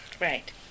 Right